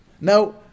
Now